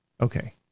okay